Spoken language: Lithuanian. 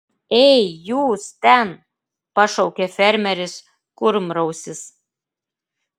ei jūs ten pašaukė fermeris kurmrausis